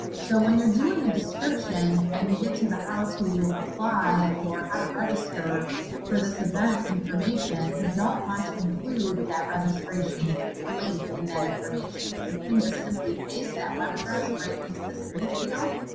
so when you're doing a description and get to the, how to apply or how to register for this event information, you don't want to include that that registration link in that information. you can just simply paste that web address right into this link field.